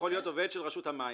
הוא יכול להיות עובד של רשות המים.